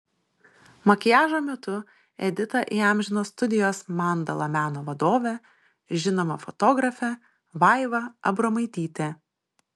makiažo metu editą įamžino studijos mandala meno vadovė žinoma fotografė vaiva abromaitytė